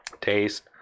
taste